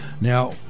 Now